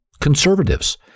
conservatives